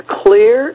clear